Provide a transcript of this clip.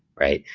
right?